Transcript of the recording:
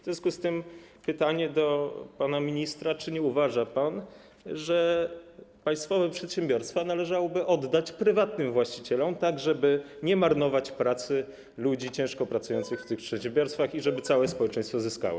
W związku z tym pytanie do pana ministra: Czy nie uważa pan, że państwowe przedsiębiorstwa należałoby oddać prywatnym właścicielom tak, żeby nie marnować pracy ludzi ciężko pracujących w tych przedsiębiorstwach i żeby całe społeczeństwo zyskało?